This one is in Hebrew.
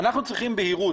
אנחנו צריכים בהירות.